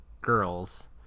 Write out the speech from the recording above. girls